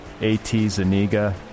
atzaniga